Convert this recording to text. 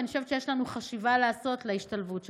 ואני חושבת שיש לנו חשיבה לעשות על ההשתלבות שלנו.